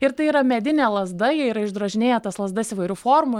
ir tai yra medinė lazda jie yra išdrožinėję tas lazdas įvairių formų